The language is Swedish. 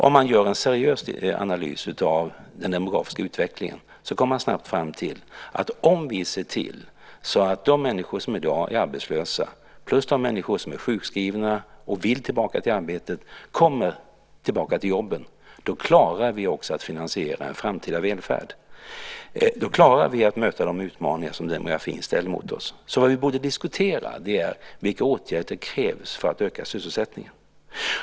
Om man gör en seriös analys av den demografiska utvecklingen, kommer man snabbt fram till att om vi ser till att de människor som i dag är arbetslösa plus de människor som är sjukskrivna och vill komma tillbaka i arbete återvänder till jobben, klarar vi också att finansiera en framtida välfärd. Då klarar vi att möta de utmaningar som demografin ställer oss inför. Vi borde alltså diskutera vilka åtgärder som krävs för att öka sysselsättningen.